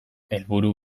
helburu